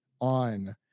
on